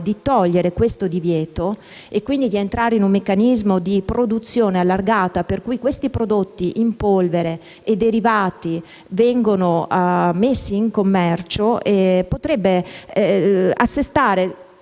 di togliere questo divieto e quindi di entrare in un meccanismo di produzione allargata, per cui questi prodotti in polvere e derivati vengono messi in commercio, potrebbe assestare